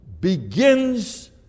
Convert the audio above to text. begins